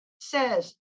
says